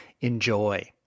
Enjoy